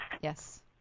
Yes